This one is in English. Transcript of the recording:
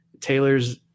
Taylor's